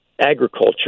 agriculture